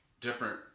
different